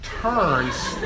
turns